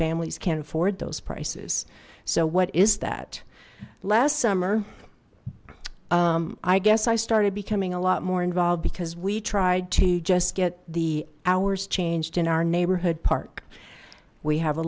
families can't afford those prices so what is that last summer i guess i started becoming a lot more involved because we tried to just get the hours changed in our neighborhood park we have a